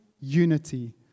unity